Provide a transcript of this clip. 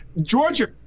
Georgia